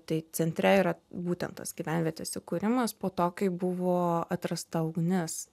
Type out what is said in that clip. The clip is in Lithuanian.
tai centre yra būtent tas gyvenvietės įkūrimas po to kaip buvo atrasta ugnis